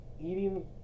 eating